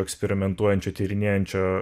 eksperimentuojančio tyrinėjančio